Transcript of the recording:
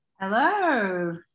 Hello